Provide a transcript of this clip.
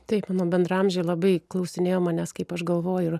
taip mano bendraamžiai labai klausinėjo manęs kaip aš galvoju